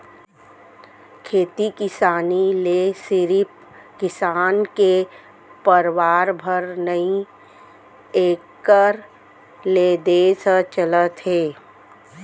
खेती किसानी ले सिरिफ किसान के परवार भर नही एकर ले देस ह चलत हे